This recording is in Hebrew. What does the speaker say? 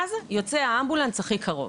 במרכז יוצא האמבולנס הכי קרוב.